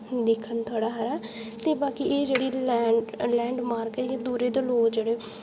दिक्खन थोड़ा हारा ते बाकी एह् जेह्ड़ी लैंड लैंडमार्क ऐ जे दूरा दा लोक जेह्ड़े